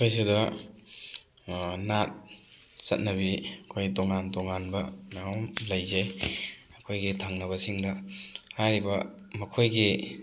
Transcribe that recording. ꯑꯩꯈꯣꯏꯁꯤꯗ ꯅꯥꯠ ꯆꯠꯅꯕꯤ ꯑꯩꯈꯣꯏ ꯇꯣꯉꯥꯟ ꯇꯣꯉꯥꯟꯕ ꯃꯌꯥꯝ ꯂꯩꯖꯩ ꯑꯩꯈꯣꯏꯒꯤ ꯊꯪꯅꯕꯁꯤꯡꯗ ꯍꯥꯏꯔꯤꯕ ꯃꯈꯣꯏꯒꯤ